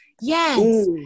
Yes